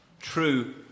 true